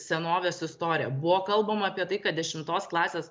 senovės istorija buvo kalbama apie tai kad dešimtos klasės